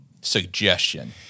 suggestion